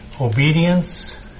obedience